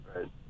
right